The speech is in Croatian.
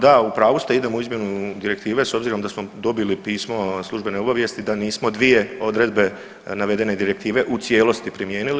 Da, u pravu ste idemo u izmjenu direktive s obzirom da smo dobili pismo službene obavijesti da nismo dvije odredbe navedene direktive u cijelosti primijenili.